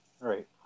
Right